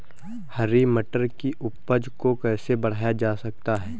हरी मटर की उपज को कैसे बढ़ाया जा सकता है?